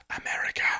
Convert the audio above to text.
America